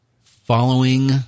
following